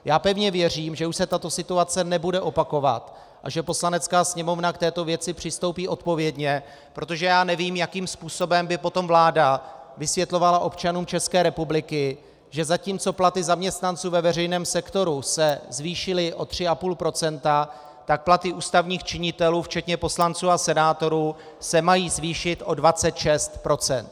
Já pevně věřím, že už se tato situace nebude opakovat a že Poslanecká sněmovna k této věci přistoupí odpovědně, protože nevím, jakým způsobem by potom vláda vysvětlovala občanům České republiky, že zatímco platy zaměstnanců ve veřejném sektoru se zvýšily o 3,5 %, tak platy ústavních činitelů včetně poslanců a senátorů se mají zvýšit o 26 %.